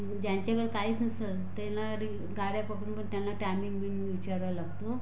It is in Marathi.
ज्यांच्याकडं काहीच नसलं त्यांना रि गाड्या पकडून पण त्यांना टायमिंग बिमिंग विचारावा लागतो